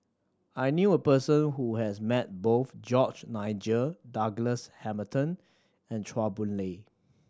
I knew a person who has met both George Nigel Douglas Hamilton and Chua Boon Lay